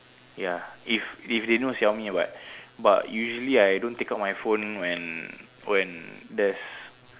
ya if if they know Xiaomi but but usually I don't take out my phone when when there's